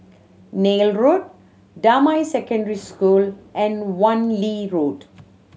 Neil Road Damai Secondary School and Wan Lee Road